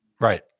right